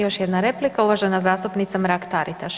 Još jedna replika, uvažena zastupnica Mrak Taritaš.